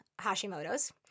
Hashimoto's